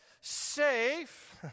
Safe